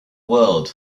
world